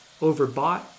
overbought